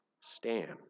stand